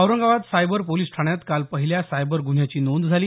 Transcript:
Aurangabad cyber police ठाण्यात काल पहिल्या सायबर गुन्ह्याची नोंद झाली